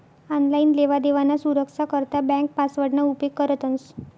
online लेवादेवाना सुरक्सा करता ब्यांक पासवर्डना उपेग करतंस